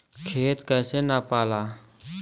खेत कैसे नपाला?